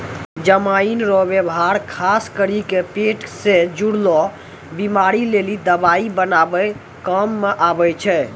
जमाइन रो वेवहार खास करी के पेट से जुड़लो बीमारी लेली दवाइ बनाबै काम मे आबै छै